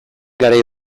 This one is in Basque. garai